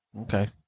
Okay